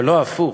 ולא הפוך,